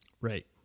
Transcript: Right